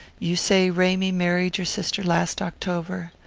you say ramy married your sister last october?